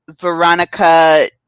Veronica